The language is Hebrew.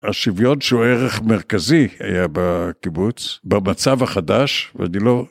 השוויון שהוא ערך מרכזי היה בקיבוץ, במצב החדש ואני לא...